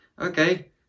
Okay